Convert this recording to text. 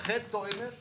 רח"ל טוענת